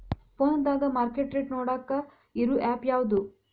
ಫೋನದಾಗ market rate ನೋಡಾಕ್ ಇರು ಆ್ಯಪ್ ಯಾವದು?